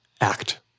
act